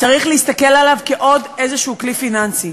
צריך להסתכל עליו כעוד איזשהו כלי פיננסי.